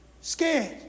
scared